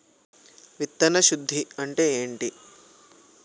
విత్తన శుద్ధి అంటే ఏంటి?